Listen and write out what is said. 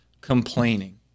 complaining